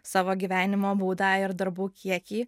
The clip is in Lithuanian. savo gyvenimo būdą ir darbų kiekį